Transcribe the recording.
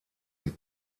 die